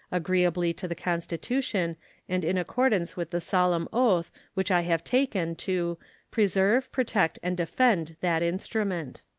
agreeably to the constitution and in accordance with the solemn oath which i have taken to preserve, protect, and defend that instrument.